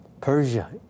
Persia